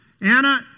Anna